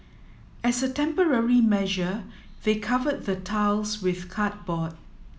as a temporary measure they covered the tiles with cardboard